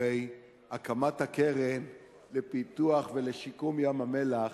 הרי הקמת הקרן לפיתוח ולשיקום ים-המלח